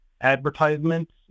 advertisements